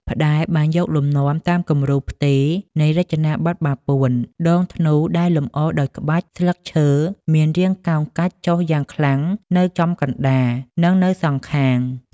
ផ្តែរ បានយកលំនាំតាមគំរូផ្ទេរនៃរចនាបថបាពួន ដងធ្នូដែលលម្អដោយក្បាច់ ស្លឹកឈើ មានរាងកោងកាច់ចុះយ៉ាងខ្លាំងនៅចំកណ្តាល និងនៅសងខាង។